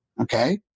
Okay